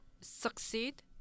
succeed